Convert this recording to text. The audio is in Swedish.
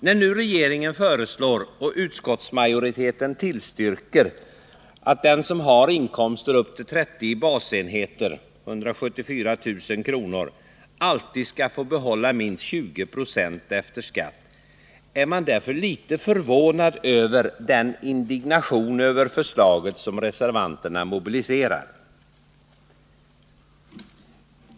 När nu regeringen föreslår och utskottsmajoriteten tillstyrker, att den som har inkomster upp till 30 basenheter — 174 006 kr. — alltid skall få behålla minst 20 > efter skatt, så är man litet förvånad över den indignation över förslaget som reservanterna mobiliserar.